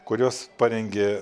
kuriuos parengė